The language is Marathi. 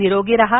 निरोगी राहा